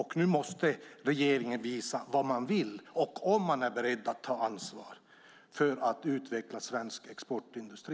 Och nu måste regeringen visa vad man vill och om man är beredd att ta ansvar för att utveckla svensk exportindustri.